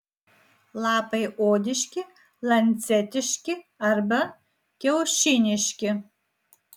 lapai odiški lancetiški arba kiaušiniški